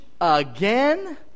again